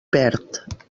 perd